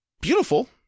beautiful